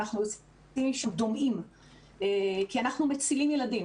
כי אנחנו מצילים ילדים,